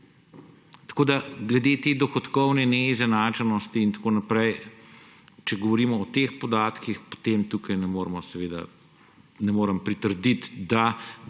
Tako da glede dohodkovne neizenačenosti in tako naprej, če govorimo o teh podatkih, potem tukaj ne morem pritrditi, da bo zdaj